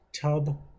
tub